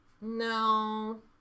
No